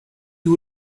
you